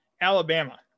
Alabama